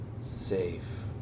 Safe